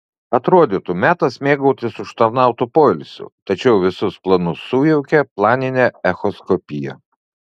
atrodytų metas mėgautis užtarnautu poilsiu tačiau visus planus sujaukė planinė echoskopija